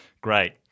Great